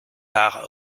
par